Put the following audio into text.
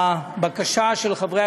והבקשה של חברי